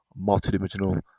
multidimensional